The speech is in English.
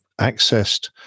accessed